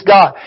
God